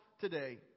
today